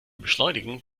beschleunigen